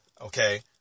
Okay